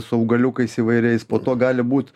su augaliukais įvairiais po to gali būt